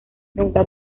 nunca